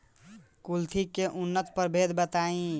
कुलथी के उन्नत प्रभेद बताई?